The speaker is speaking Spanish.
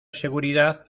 seguridad